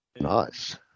nice